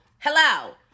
hello